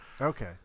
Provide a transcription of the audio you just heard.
Okay